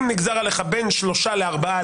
אם נגזר עליך בין שלושה לארבעה,